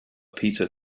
peter